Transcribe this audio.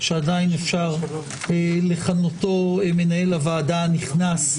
שעדיין אפשר לכנותו מנהל הוועדה הנכנס,